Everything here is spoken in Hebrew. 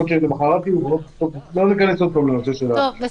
למוחרת יהיו עוד 500. לא ניכנס שוב לנושא הבדיקות.